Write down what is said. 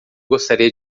gostaria